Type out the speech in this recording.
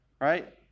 right